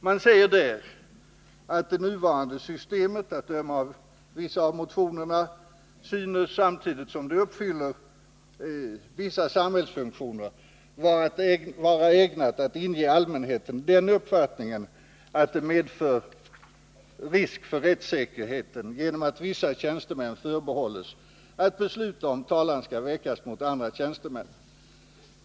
Man säger där att det nuvarande systemet, att döma av vissa av motionerna, synes — samtidigt som det fyller vissa samhällsfunktioner — vara ägnat att inge allmänheten den uppfattningen att det medför risk för rättssäkerheten genom att vissa tjänstemän förbehålles att besluta om talan skall väckas mot andra tjänstemän.